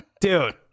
Dude